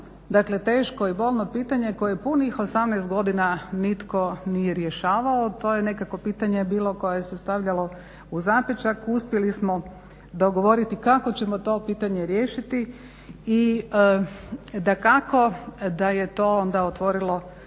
dakle teško i bolno pitanje koje punih 18 godina nitko nije rješavao, to je nekako pitanje bilo koje se stavljalo u zapećak. Uspjeli smo dogovoriti kako ćemo to pitanje riješiti. I dakako da je to onda otvorilo put